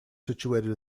situated